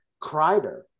Kreider